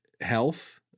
health